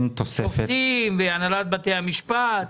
שופטים והנהלת בתי המשפט.